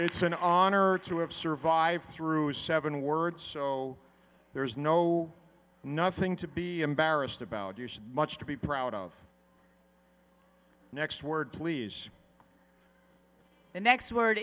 it's an honor to have survived through seven words so there's no nothing to be embarrassed about your so much to be proud of next word please the next word